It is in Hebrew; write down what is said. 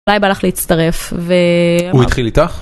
אולי בא לך להצטרף ו... הוא התחיל איתך?